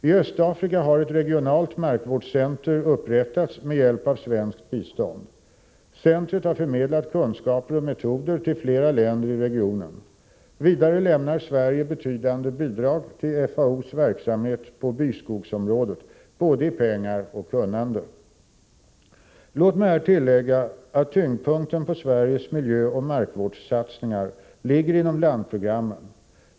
I Östafrika har ett regionalt markvårdscenter upprättats med hjälp av svenskt bistånd. Centret har förmedlat kunskaper och metoder till flera länder i regionen. Vidare lämnar Sverige betydande bidrag till FAO:s verksamhet på byskogsområdet, både i pengar och när det gäller kunnande. Låt mig här tillägga att tyngdpunkten på Sveriges miljöoch markvårdssatsningar ligger inom landprogrammen.